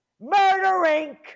Murdering